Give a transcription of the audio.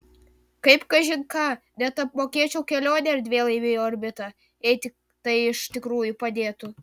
kaip kažin ką net apmokėčiau kelionę erdvėlaiviu į orbitą jei tik tai iš tikrųjų padėtų